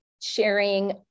sharing